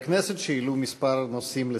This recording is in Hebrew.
שהעלו כמה נושאים לסדר-היום.